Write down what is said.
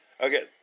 Okay